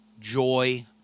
joy